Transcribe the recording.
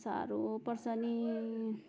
साह्रो पर्छ नि